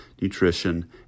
nutrition